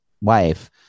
wife